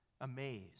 amazed